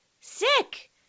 sick